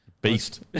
beast